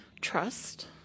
trust